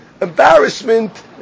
Embarrassment